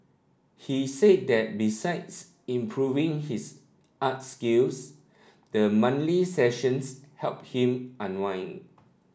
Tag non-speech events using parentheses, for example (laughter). he said that besides improving his art skills the (unintelligible) sessions help him unwind